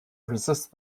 resist